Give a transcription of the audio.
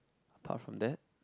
apart from that